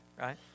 right